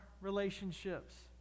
relationships